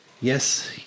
Yes